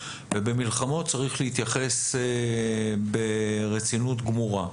ובמלחמות צריך להתייחס ברצינות גמורה.